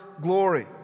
glory